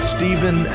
Stephen